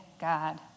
God